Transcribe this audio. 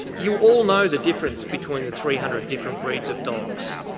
you all know the difference between the three hundred different breeds of dogs,